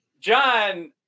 John